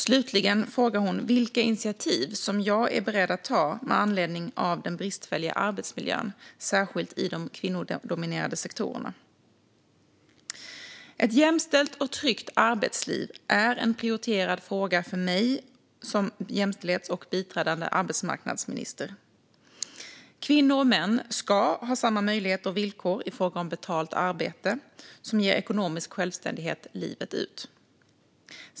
Slutligen frågar hon vilka initiativ som jag är beredd att ta med anledning av den bristfälliga arbetsmiljön i särskilt de kvinnodominerade sektorerna. Ett jämställt och tryggt arbetsliv är en prioriterad fråga för mig som jämställdhets och biträdande arbetsmarknadsminister. Kvinnor och män ska ha samma möjligheter och villkor i fråga om betalt arbete som ger ekonomisk självständighet livet ut.